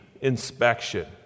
inspection